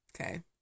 Okay